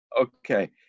Okay